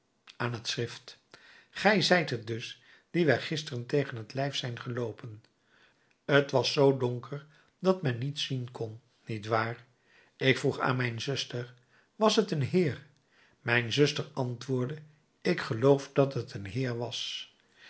aan t schrift gij zijt het dus dien wij gisteren tegen t lijf zijn geloopen t was zoo donker dat men niet zien kon niet waar ik vroeg aan mijn zuster was t een heer mijn zuster antwoordde ik geloof dat t een heer was